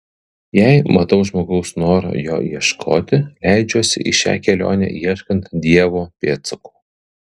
jei matau žmogaus norą jo ieškoti leidžiuosi į šią kelionę ieškant dievo pėdsakų